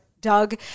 Doug